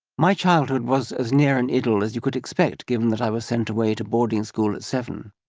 my childhood was as near an idyll as you could expect, given that i was sent away to boarding school at seven.